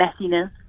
messiness